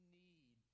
need